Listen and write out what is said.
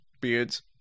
beards